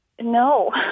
no